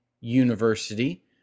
university